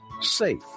safe